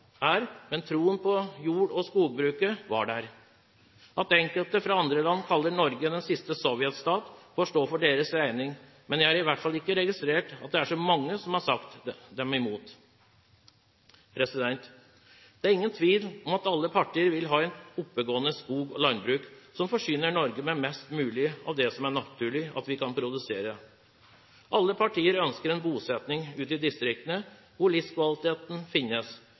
men troen på jord- og skogbruket var der. At enkelte fra andre land kaller Norge den siste sovjetstat, får stå for deres regning, men jeg har i hvert fall ikke registrert at det er så mange som har sagt dem imot. Det er ingen tvil om at alle partier vil ha et oppegående skog- og landbruk, som forsyner Norge med mest mulig av det som det er naturlig at vi kan produsere. Alle partier ønsker en bosetting ute i distriktene, hvor livskvaliteten finnes,